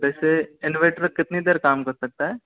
वैसे इन्वर्टर कितनी देर काम कर सकता है